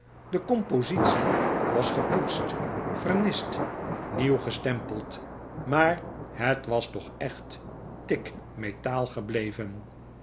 de compositie was gepoetst gevernist nieuw gestempeld maar het was toch echt tiggmetaal gebleven